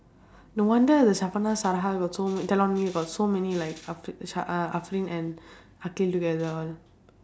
no wonder the got so telling me about so many like afr~ uh sha~ uh and together all